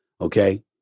okay